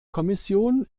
kommission